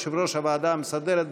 יושב-ראש הוועדה המסדרת,